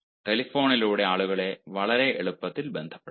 ടെലിഫോണുകളിലൂടെ ആളുകളെ വളരെ എളുപ്പത്തിൽ ബന്ധപ്പെടാം